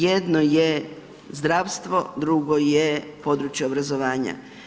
Jedno je zdravstvo, drugo je područje obrazovanja.